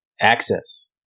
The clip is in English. access